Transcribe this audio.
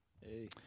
Hey